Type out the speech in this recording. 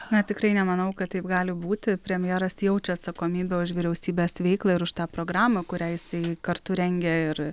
na tikrai nemanau kad taip gali būti premjeras jaučia atsakomybę už vyriausybės veiklą ir už tą programą kurią jisai kartu rengė ir